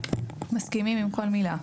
מסכימים עם כל מילה.